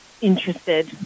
interested